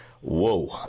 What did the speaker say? whoa